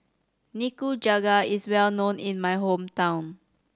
nikujaga is well known in my hometown